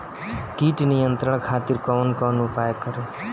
कीट नियंत्रण खातिर कवन कवन उपाय करी?